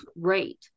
rate